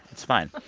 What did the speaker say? it's fine.